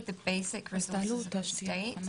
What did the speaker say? יש לנו אחריות בסיסית כמדינה,